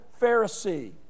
Pharisee